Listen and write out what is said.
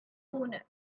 boner